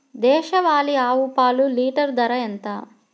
దేశవాలీ ఆవు పాలు లీటరు ధర ఎంత?